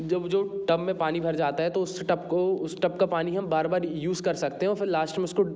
जब जो टब में पानी भर जाता है तो उस टब को उस टब का पानी हम बार बार यूज़ कर सकते हैं और फिर लास्ट में उसको